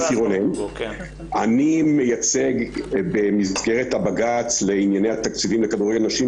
אני מייצג במסגרת הבג"צ לענייני התקציבים לכדורגל נשים,